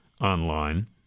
online